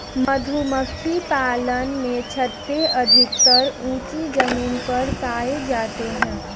मधुमक्खी पालन में छत्ते अधिकतर ऊँची जमीन पर पाए जाते हैं